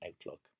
outlook